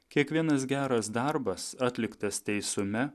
kiekvienas geras darbas atliktas teisume